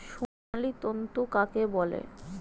সোনালী তন্তু কাকে বলে?